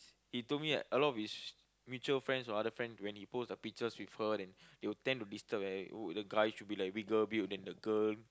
he told me like a lot of his mutual friends or other friends when he post a pictures with her then they will tend to disturb and would the guy should be like bigger build and the girl